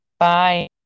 Bye